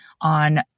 on